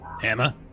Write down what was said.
Hammer